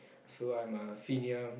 so I'm a senior